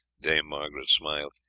dame margaret smiled.